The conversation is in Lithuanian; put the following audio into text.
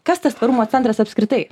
kas tas tvarumo centras apskritai